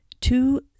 Two